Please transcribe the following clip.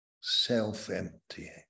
self-emptying